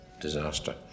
disaster